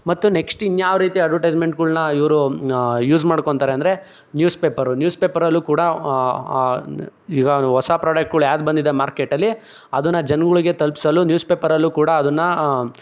ಮತ್ತು ನೆಕ್ಸ್ಟ್ ಇನ್ನು ಯಾವ ರೀತಿ ಅಡ್ವರ್ಟೈಸ್ಮೆಂಟ್ಗಳನ್ನು ಇವರು ಯೂಸ್ ಮಾಡ್ಕೋತಾರೆ ಅಂದರೆ ನ್ಯೂಸ್ ಪೇಪರು ನ್ಯೂಸ್ ಪೇಪರಲ್ಲೂ ಕೂಡ ಈಗ ಹೊಸ ಪ್ರಾಡಕ್ಟ್ಗಳು ಯಾವ್ದು ಬಂದಿದೆ ಮಾರ್ಕೆಟಲ್ಲಿ ಅದನ್ನ ಜನಗಳಿಗೆ ತಲುಪಿಸಲು ನ್ಯೂಸ್ ಪೇಪರಲ್ಲೂ ಕೂಡ ಅದನ್ನು